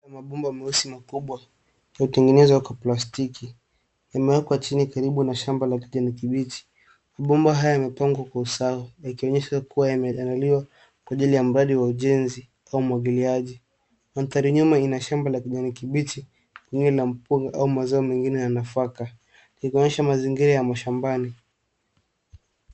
Kuna mabomba meusi makubwa iliyotengenezwa kwa plastiki , imewekwa chini karibu na shamba la kijani kibichi, mabomba haya yamepangwa kwa usawa yakionyesha kuwa yameendaliwa kwa ajili ya mbali wa ujenzi au umwagiliaji. Mandhari nyuma ina shamba la kijani kibichi eneo la mpunga ama mazoeyo ingine ya nafaka ikionyesha mazingira ya mashambani.